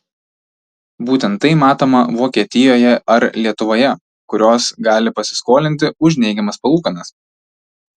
būtent tai matoma vokietijoje ar lietuvoje kurios gali pasiskolinti už neigiamas palūkanas